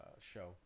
show